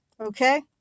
Okay